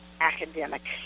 academic